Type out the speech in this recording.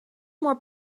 more